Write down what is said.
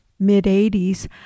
mid-'80s